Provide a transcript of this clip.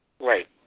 Right